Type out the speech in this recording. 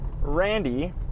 randy